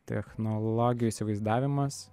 technologijų įsivaizdavimas